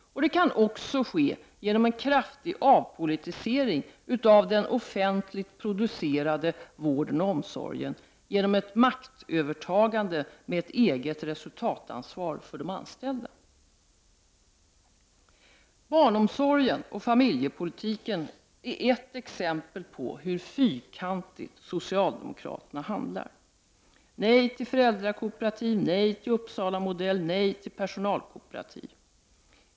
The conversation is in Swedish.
Det kan också ske genom en kraftig avpolitisering av den offentligt producerade vården och omsorgen, genom ett maktövertagande med ett eget resultatansvar för de anställda. Barnomsorgen och familjepolitiken är exempel på hur fyrkantigt socialdemokraterna handlar. De säger nej till föräldrakooperativ, nej till Uppsalamodell, nej till personalkooperativ.